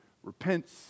repents